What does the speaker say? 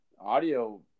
audio